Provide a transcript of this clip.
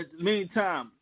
meantime